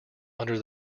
under